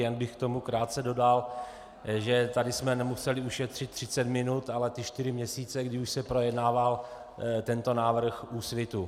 Jen bych k tomu krátce dodal, že tady jsme nemuseli ušetřit třicet minut, ale čtyři měsíce, kdy už se projednával tento návrh Úsvitu.